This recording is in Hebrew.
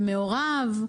זה מעורב,